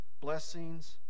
blessings